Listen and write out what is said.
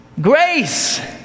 grace